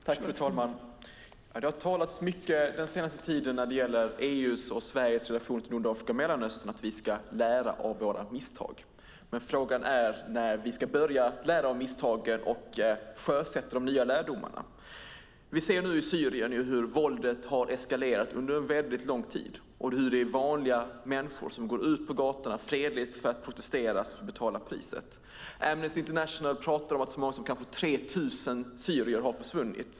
Fru talman! Den senaste tiden har det talats mycket om att vi ska lära av våra misstag när det gäller EU:s och Sveriges relationer till Nordafrika och Mellanöstern. Men frågan är när vi ska börja lära av misstagen och sjösätta de nya lärdomarna. Vi ser hur våldet i Syrien har eskalerat under en väldigt lång tid. Det är vanliga människor som går ut på gatorna för att protestera fredligt som betalar priset. Amnesty International pratar om att så många som 3 000 syrier har försvunnit.